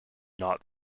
not